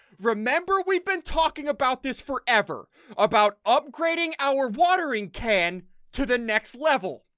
remember we've been talking about this forever about upgrading our watering can to the next level?